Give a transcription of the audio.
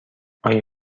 آیا